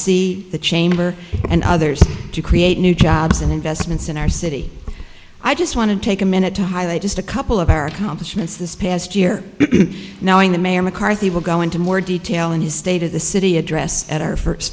c the chamber and others to create new jobs and investments in our city i just want to take a minute to highlight just a couple of our accomplishments this past year now and the mayor mccarthy will go into more detail in his state of the city address at our first